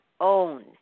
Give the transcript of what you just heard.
own